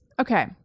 Okay